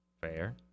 Fair